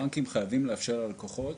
הבנקים חייבים לאפשר ללקוחות